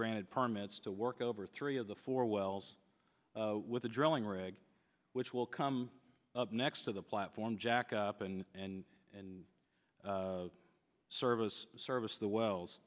granted permits to work over three of the four wells with the drilling rig which will come up next to the platform jack up and and and service service the wells